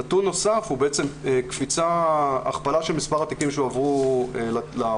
נתון נוסף הוא הכפלה של מספר התיקים שהועברו לתביעה,